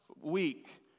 week